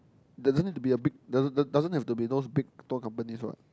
doesn't need to be a big doesn't doesn't have to be those big tour companies what